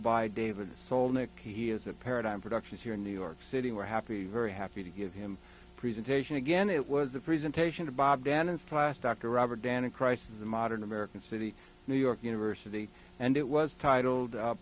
by david soul nick he is a paradigm productions here in new york city were happy very happy to give him presentation again it was the presentation of bob dance class dr robert danin christ of the modern american city new york university and it was titled